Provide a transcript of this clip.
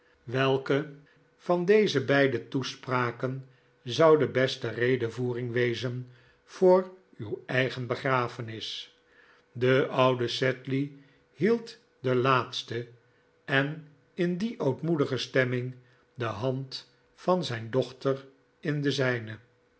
welke van deze beide toespraken zou de beste redevoering wezen voor uw eigen begrafenis de oude sedley hield de laatste en in die ootmoedige stemming de hand van zijn dochter in de zijne